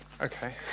Okay